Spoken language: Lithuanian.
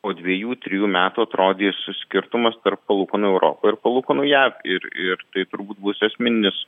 po dviejų trijų metų atrodys skirtumas tarp palūkanų europoj ir palūkanų jav ir ir tai turbūt bus esminis